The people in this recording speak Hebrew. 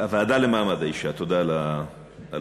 הוועדה למעמד האישה, תודה על התיקון.